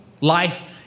Life